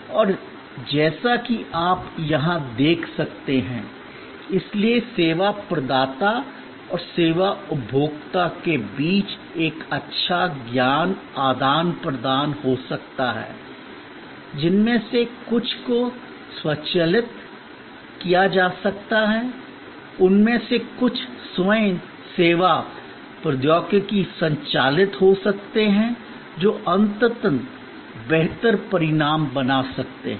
और जैसा कि आप यहां देख सकते हैं इसलिए सेवा प्रदाता और सेवा उपभोक्ता के बीच एक अच्छा ज्ञान आदान प्रदान हो सकता है जिनमें से कुछ को स्वचालित किया जा सकता है उनमें से कुछ स्वयं सेवा प्रौद्योगिकी संचालित हो सकते हैं जो अंततः बेहतर परिणाम बना सकते हैं